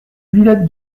villette